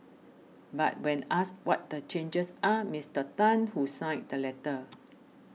but when asked what the changes are Mister Tan who signed the letter